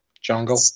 Jungle